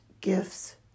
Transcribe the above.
gifts